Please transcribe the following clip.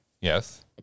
Yes